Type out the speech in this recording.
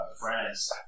friends